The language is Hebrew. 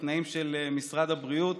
בתנאים של משרד הבריאות.